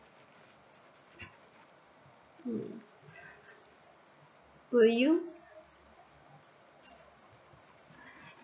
mm will you